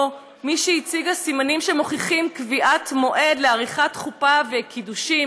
או מי שהציגה סימנים שמוכיחים קביעת מועד לעריכת חופה וקידושין,